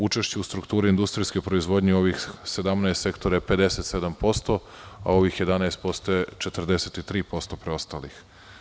Učešće u strukturi industrijske proizvodnje u ovih 17 sektora je 57%, a u ovih 11% je 43% preostalih.